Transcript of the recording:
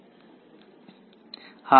વિદ્યાર્થી